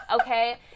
Okay